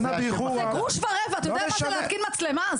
זה גרוש ורבע, אתה יודע מה זה להתקין מצלמה?